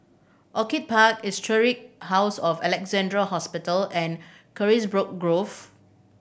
Orchid Park Historic House of Alexandra Hospital and Carisbrooke Grove